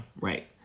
right